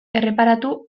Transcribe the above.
erreparatu